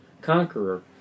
Conqueror